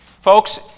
Folks